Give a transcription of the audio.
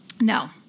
No